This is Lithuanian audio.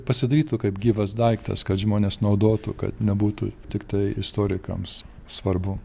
pasidarytų kaip gyvas daiktas kad žmonės naudotų kad nebūtų tiktai istorikams svarbu